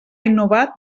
innovat